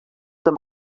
them